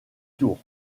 tour